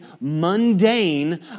mundane